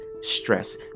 stress